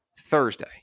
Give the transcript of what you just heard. Thursday